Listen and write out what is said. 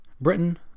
Britain